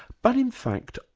but in fact,